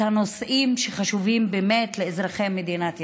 את הנושאים שחשובים באמת לאזרחי מדינת ישראל.